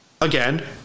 again